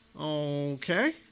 Okay